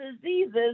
diseases